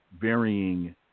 varying